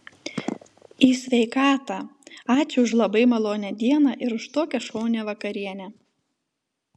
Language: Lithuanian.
į sveikatą ačiū už labai malonią dieną ir už tokią šaunią vakarienę